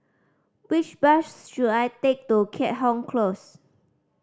which bus should I take to Keat Hong Close